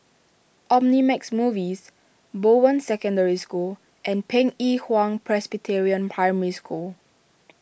Omnimax Movies Bowen Secondary School and Pei E Hwa Presbyterian Primary School